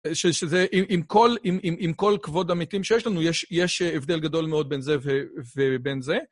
שזה, עם כל כבוד המתים שיש לנו, יש הבדל גדול מאוד בין זה ובין זה.